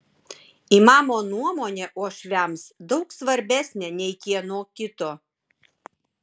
imamo nuomonė uošviams daug svarbesnė nei kieno kito